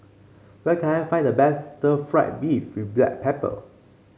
where can I find the best stir fry beef with Black Pepper